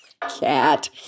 Cat